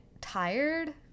tired